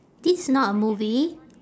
this is not a movie